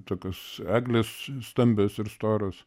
tokios eglės stambios ir storos